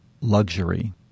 luxury